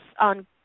on